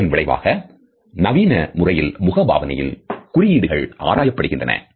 இதன் விளைவாக நவீன முறையில் முகபாவனையில் குறியீடுகள் ஆராயப்படுகின்றன